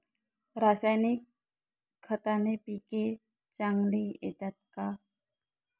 रासायनिक खताने पिके चांगली येतात का?